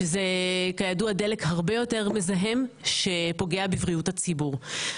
שזה כידוע דלק הרבה יותר מזהם שפוגע בבריאות הציבור.